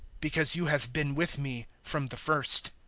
because you have been with me from the first.